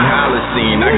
Holocene